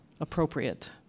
appropriate